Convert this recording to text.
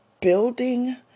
building